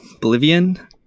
bolivian